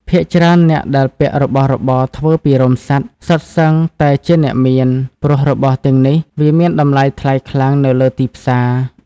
ភាគច្រើនអ្នកដែលពាក់របស់របរធ្វើពីរោមសត្វសុទ្ធសឹងតែជាអ្នកមាន ព្រោះរបស់ទាំងនេះវាមានតម្លៃថ្លៃខ្លាំងនៅលើទីផ្សារ។